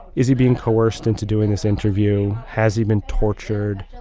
is he being coerced into doing this interview? has he been tortured?